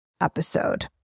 episode